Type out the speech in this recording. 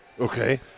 Okay